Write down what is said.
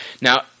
Now